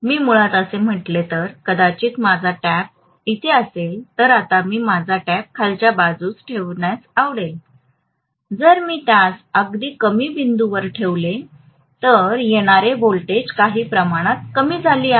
मी मुळात असे म्हटले तर कदाचित माझा टॅप इथे असेल तर आता मी माझा टॅप खालच्या बाजूस ठेवण्यास आवडेल जर मी त्यास अगदी कमी बिंदूवर ठेवले तर येणारी व्होल्टेज काही प्रमाणात कमी झाली आहे